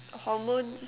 hormone